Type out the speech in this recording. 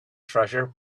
treasure